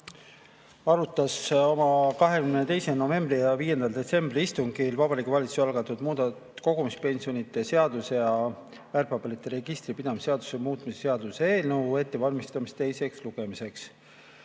arutas oma 22. novembri ja 5. detsembri istungil Vabariigi Valitsuse algatatud kogumispensionide seaduse ja väärtpaberite registri pidamise seaduse muutmise seaduse eelnõu ettevalmistamist teiseks lugemiseks. Komisjonile